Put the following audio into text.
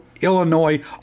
Illinois